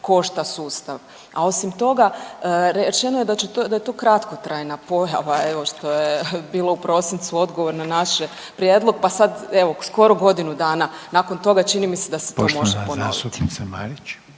košta sustav, a osim toga, rečeno je da je to kratkotrajna pojava, evo, što je bilo u prosincu odgovor na naš prijedlog, pa sad evo, skoro godinu dana nakon toga, čini mi se da se to može ponoviti.